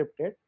scripted